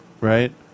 right